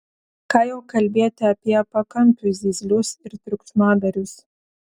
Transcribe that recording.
ką jau kalbėti apie pakampių zyzlius ir triukšmadarius